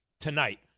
tonight